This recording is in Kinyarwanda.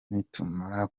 nitumara